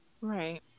right